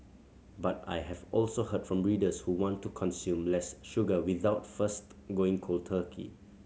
but I have also heard from readers who want to consume less sugar without first going cold turkey